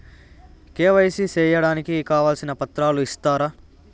KYC సేయడానికి కావాల్సిన పత్రాలు ఇస్తారా?